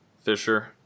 Fisher